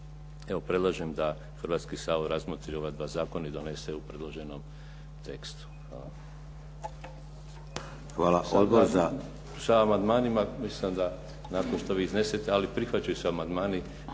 Evo, predlažem da Hrvatski sabor razmotri ova dva zakona i donese u predloženom tekstu. Hvala. Sa